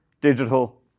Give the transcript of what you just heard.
digital